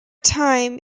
time